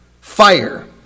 fire